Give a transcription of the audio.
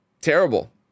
terrible